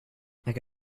could